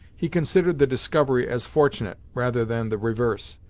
he considered the discovery as fortunate, rather than the reverse,